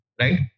right